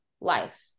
life